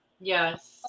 yes